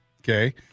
Okay